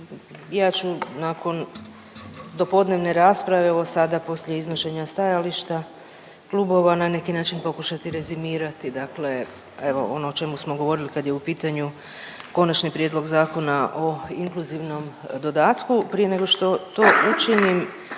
ja ću nakon dopodnevne rasprave, evo sada poslije iznošenja stajališta kluba na neki način pokušati rezimirati dakle evo, ono o čemu smo govorili kad je u pitanju konačni prijedlog Zakona o inkluzivnom dodatku. Prije nego što to učinim,